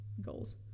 goals